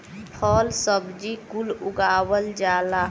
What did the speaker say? फल सब्जी कुल उगावल जाला